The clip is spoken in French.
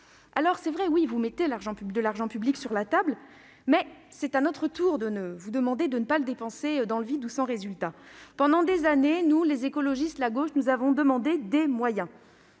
Alors, oui, vous mettez de l'argent public sur la table, mais c'est à notre tour de vous demander de ne pas faire de dépenses dans le vide ou sans résultat ! Pendant des années, nous, les écologistes, la gauche, avons demandé des moyens